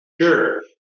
Sure